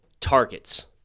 targets